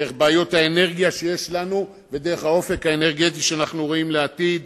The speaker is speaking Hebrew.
דרך בעיות האנרגיה שיש לנו ודרך האופק האנרגטי שאנחנו רואים בעתיד.